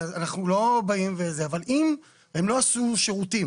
אנחנו לא באים אבל אם הם לא עשו שירותים